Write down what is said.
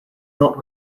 not